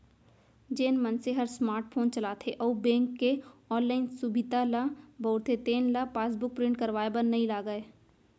जेन मनसे हर स्मार्ट फोन चलाथे अउ बेंक के ऑनलाइन सुभीता ल बउरथे तेन ल पासबुक प्रिंट करवाए बर नइ लागय